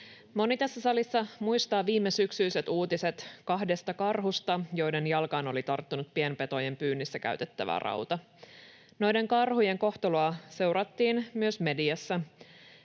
Moni tässä salissa muistaa viimesyksyiset uutiset kahdesta karhusta, joiden jalkaan oli tarttunut pienpetojen pyynnissä käytettävä rauta. Noiden karhujen kohtaloa seurattiin myös mediassa.